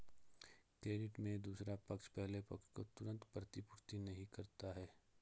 credit में दूसरा पक्ष पहले पक्ष को तुरंत प्रतिपूर्ति नहीं करता है